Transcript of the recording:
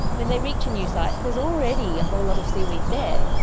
when they reach a new site there is already a whole lot of seaweed there,